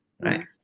right